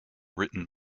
written